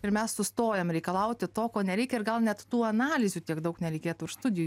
ir mes sustojam reikalauti to ko nereikia ir gal net tų analizių tiek daug nereikėtų ir studijų